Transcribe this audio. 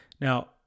Now